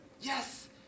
yes